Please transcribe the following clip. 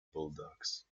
bulldogs